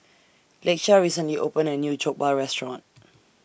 Lakeshia recently opened A New Jokbal Restaurant